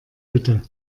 bitte